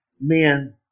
men